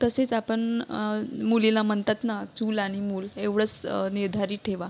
तसेच आपण मुलीला म्हणतात ना चूल आणि मूल एवढंच निर्धारित ठेवा